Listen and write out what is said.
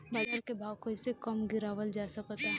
बाज़ार के भाव कैसे कम गीरावल जा सकता?